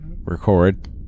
record